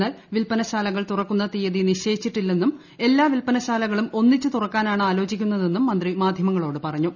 എന്നാൽ വിൽപ്പനശ്ാല്കൾ തുറക്കുന്ന തീയതി നിശ്ചയിച്ചിട്ടില്ലെന്നും പൂ എല്ലാ വിൽപ്പന ശാലകളും ഒന്നിച്ചു തുറക്കാനാണ് ആലോച്ചിക്കുന്നതെന്നും മന്ത്രി മാധ്യമങ്ങളോട് പറഞ്ഞു